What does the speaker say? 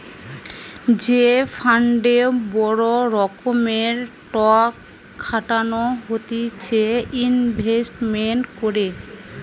যে ফান্ডে বড় রকমের টক খাটানো হতিছে ইনভেস্টমেন্ট করে